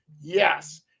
Yes